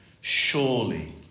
Surely